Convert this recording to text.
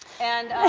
and